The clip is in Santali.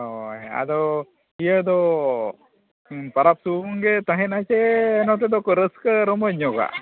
ᱦᱳᱭ ᱟᱫᱚ ᱤᱭᱟᱹ ᱫᱚ ᱯᱟᱨᱟᱵᱽ ᱥᱩᱢᱩᱝ ᱜᱮ ᱛᱟᱦᱮᱱᱟ ᱥᱮ ᱱᱚᱛᱮ ᱫᱚᱠᱚ ᱨᱟᱹᱥᱠᱟᱹ ᱨᱚᱢᱚᱡᱽ ᱧᱚᱜᱼᱟ